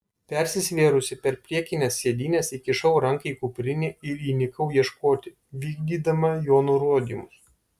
persisvėrusi per priekines sėdynes įkišau ranką į kuprinę ir įnikau ieškoti vykdydama jo nurodymus